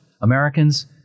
Americans